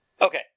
Okay